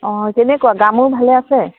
অঁ কেনেকুৱা গা মূৰ ভালে আছে